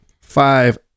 five